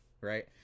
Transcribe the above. right